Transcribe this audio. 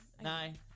Nine